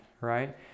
right